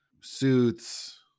suits